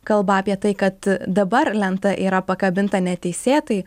kalba apie tai kad dabar lenta yra pakabinta neteisėtai